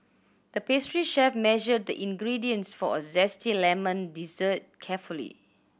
the pastry chef measured the ingredients for a zesty lemon dessert carefully